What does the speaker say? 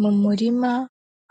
Mu murima